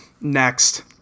next